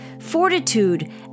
fortitude